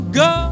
go